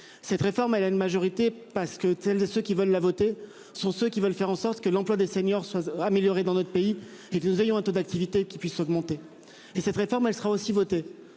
Cette réforme, elle a une majorité parce que tu ceux qui veulent a voté sont ceux qui veulent faire en sorte que l'emploi des seniors s'améliorer dans notre pays et que nous ayons un taux d'activité qui puisse augmenter et cette réforme, elle sera aussi voté